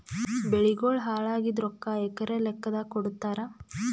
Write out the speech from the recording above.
ಬೆಳಿಗೋಳ ಹಾಳಾಗಿದ ರೊಕ್ಕಾ ಎಕರ ಲೆಕ್ಕಾದಾಗ ಕೊಡುತ್ತಾರ?